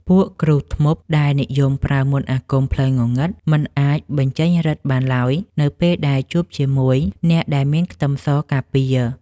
ពួកគ្រូធ្មប់ដែលនិយមប្រើមន្តអាគមផ្លូវងងឹតមិនអាចបញ្ចេញឫទ្ធិបានឡើយនៅពេលជួបជាមួយអ្នកដែលមានខ្ទឹមសការពារ។